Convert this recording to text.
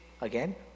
again